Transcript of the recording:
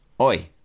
Oi